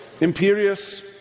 imperious